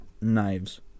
knives